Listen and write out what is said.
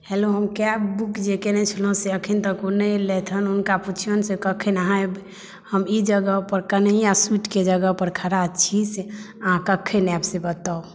hello हम cab book जे कयने छलहुँ से अखन तक ओ नहि एलथि हेँ हुनका पुछियौन जे कखन अहाँ एबै हम ई जगहपर कन्हैया स्वीटके जगहपर खड़ा छी से अहाँ कखन आयब से बताउ